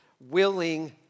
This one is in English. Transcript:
Willing